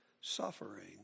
suffering